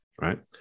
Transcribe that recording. Right